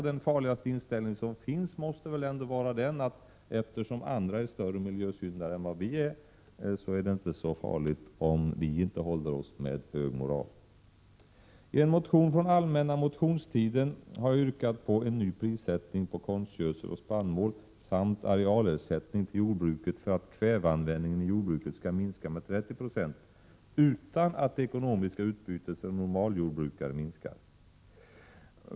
Den farligaste inställning som finns är nog att eftersom andra är större miljösyndare än vad vi är är det inte så farligt om vi inte håller oss med en hög moral. I en motion från allmänna motionstiden har jag yrkat på en ny prissättning på konstgödsel och spannmål samt arealersättning till jordbruket för att kväveanvändningen i jordbruket skall minska med 30 90 utan att det ekonomiska utbytet för normaljordbrukaren minskar.